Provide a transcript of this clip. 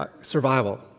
survival